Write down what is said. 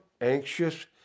Anxious